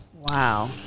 Wow